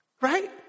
Right